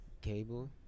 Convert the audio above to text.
Cable